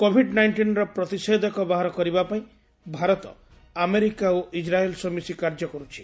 Covid ନାଇଣ୍ଟିନ୍ର ପ୍ରତିଷେଧକ ବାହାର କରିବା ପାଇଁ ଭାରତ ଆମେରିକା ଓ ଇସ୍ରାଏଲ୍ ସହ ମିଶି କାର୍ଯ୍ୟ କରୁଛି